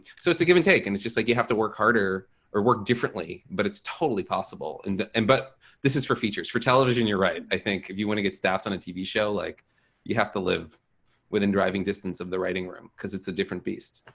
so it's a give-and-take and it's just like you have to work harder or work differently. but it's totally possible and and but this is for features, for television you're right i think if you want to get staffed on a tv show like you have to live within driving distance of the writing room because it's a different beast.